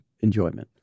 enjoyment